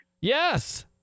Yes